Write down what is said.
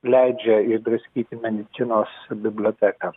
leidžia išdraskyti medicinos biblioteką